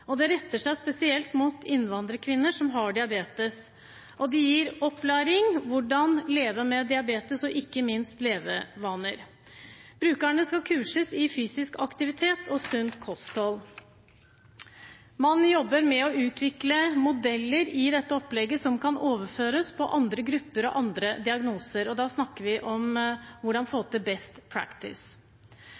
Det retter seg spesielt mot innvandrerkvinner som har diabetes, og det gis opplæring i hvordan man kan leve med diabetes, ikke minst med hensyn til levevaner. Brukerne skal kurses i fysisk aktivitet og sunt kosthold. Man jobber med å utvikle modeller i dette opplegget som kan overføres på andre grupper og andre diagnoser. Da snakker vi om hvordan få til